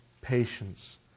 patience